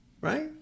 Right